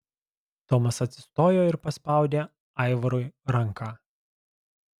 tomas atsistojo ir paspaudė aivarui ranką